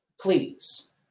please